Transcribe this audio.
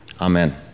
Amen